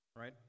right